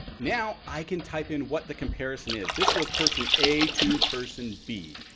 now i can type in what the comparison is. this was person a to person b.